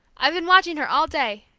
i've been watching her all day,